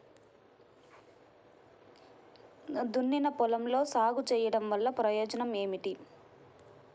దున్నిన పొలంలో సాగు చేయడం వల్ల ప్రయోజనం ఏమిటి?